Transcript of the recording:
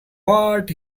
what